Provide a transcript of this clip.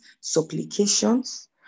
supplications